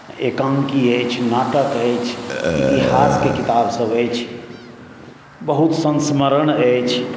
एकाँकी अछि नाटक अछि इतिहासके किताब सभ अछि बहुत सन्स्मरण अछि